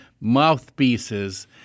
mouthpieces